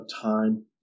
time